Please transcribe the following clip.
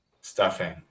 Stuffing